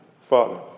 father